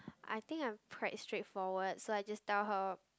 I think I am quite straightforward so I just told her